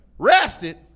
Rested